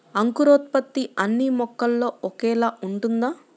అంకురోత్పత్తి అన్నీ మొక్కల్లో ఒకేలా ఉంటుందా?